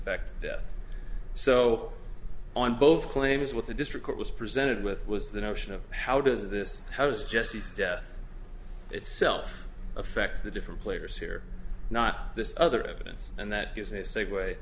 fact that so on both claim is what the district court was presented with was the notion of how does this house jesse's death itself affect the different players here not this other evidence and that is a segue